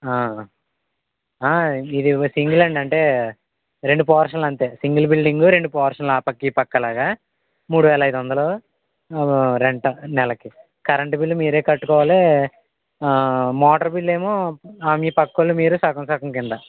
ఇది సింగిలండి అంటే రెండు పోర్షన్లు అంతే సింగిల్ బిల్డింగ్ రెండు పోర్షన్లు ఆ పక్క ఈ పక్క లాగా మూడు వేల ఐదు వందలు రెంట్ నెలకి కరెంట్ బిల్ మీరే కట్టుకోవాలి మోటార్ బిల్లేమో మీ పక్క వాళ్ళు మీరు సగం సగం కింద